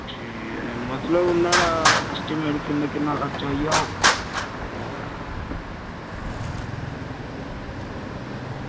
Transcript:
ठीक ऐ मतलब न्हाड़ा इस्टीमेट खर्चा किन्ना किन्ना आई जाह्ग